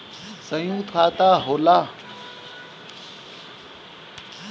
सयुक्त खाता का होला?